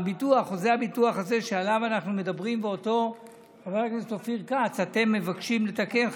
חוזה הביטוח הזה שעליו אנחנו מדברים ואותו אתם מבקשים לתקן,